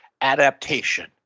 adaptation